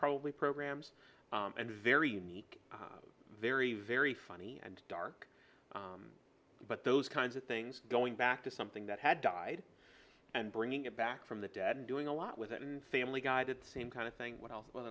probably programs and very unique very very funny and dark but those kinds of things going back to something that had died and bringing it back from the dead and doing a lot with it and family guy did the same kind of thing w